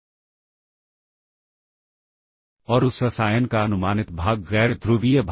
इसी तरह से कुछ देर के बाद हमें पुनः इस सब रूटीन को कॉल करना पड़ेगा